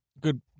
Good